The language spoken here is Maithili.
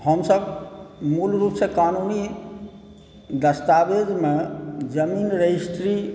हमसब मुल रुपसे कानुनी दस्तावेजमे जमीं रजिस्ट्री